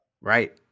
Right